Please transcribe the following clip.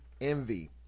envy